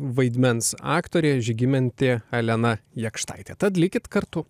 vaidmens aktorė žygimantė elena jakštaitė tad likit kartu